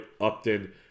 Upton